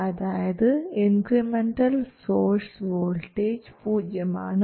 അതായത് incremental source voltage പൂജ്യം ആണ്